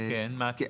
כן, מה?